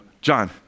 John